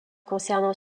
concernant